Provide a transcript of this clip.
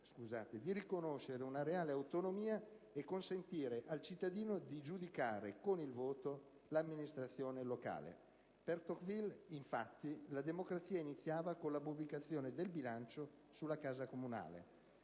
di riconoscere una reale autonomia e consentire al cittadino di giudicare, con il voto, l'amministrazione locale: per Tocqueville, infatti, la democrazia iniziava con la pubblicazione del bilancio sulla casa comunale.